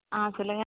ஆ சொல்லுங்கள்